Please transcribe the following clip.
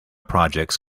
projects